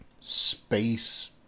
space